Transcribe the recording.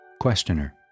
Questioner